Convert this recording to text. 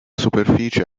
superficie